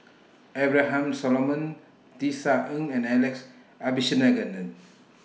Abraham Solomon Tisa Ng and Alex Abisheganaden